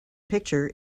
picture